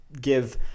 give